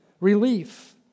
relief